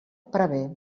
prevé